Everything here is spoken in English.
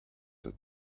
that